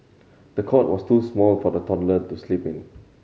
the cot was too small for the toddler to sleep in